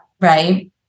right